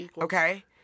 Okay